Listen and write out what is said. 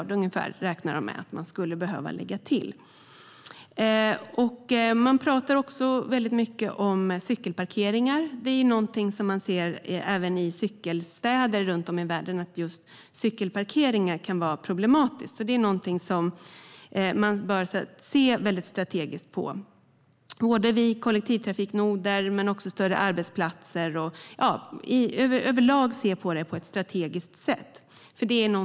De räknar med att man skulle behöva lägga till ungefär 1 miljard. Det talas också mycket om cykelparkeringar. I cykelstäder runt om i världen kan det vara problematiskt med cykelparkeringar. Man bör titta strategiskt på det, vid kollektivtrafiknoder men också vid större arbetsplatser. Man bör se på det på ett strategiskt sätt över lag.